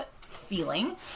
feeling